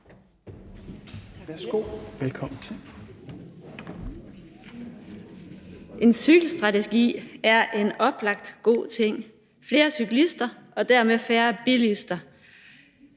Susanne Zimmer (UFG): En cykelstrategi er en oplagt god ting. Flere cyklister og dermed færre bilister